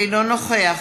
אינו נוכח